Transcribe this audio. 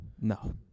No